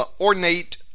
ornate